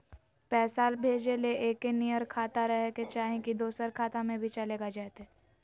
पैसा भेजे ले एके नियर खाता रहे के चाही की दोसर खाता में भी चलेगा जयते?